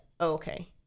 okay